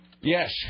Yes